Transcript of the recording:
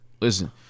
Listen